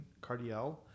cardiel